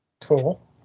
Cool